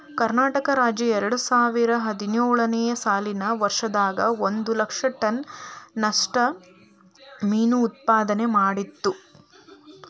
ಕರ್ನಾಟಕ ರಾಜ್ಯ ಎರಡುಸಾವಿರದ ಹದಿನೇಳು ನೇ ಸಾಲಿನ ವರ್ಷದಾಗ ಒಂದ್ ಲಕ್ಷ ಟನ್ ನಷ್ಟ ಮೇನು ಉತ್ಪಾದನೆ ಮಾಡಿತ್ತು